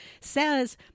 says